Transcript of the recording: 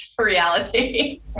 reality